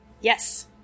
Yes